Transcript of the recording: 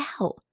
out